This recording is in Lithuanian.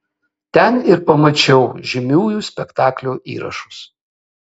ten ir pamačiau žymiųjų spektaklių įrašus